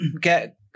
get